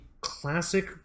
classic